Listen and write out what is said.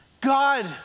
God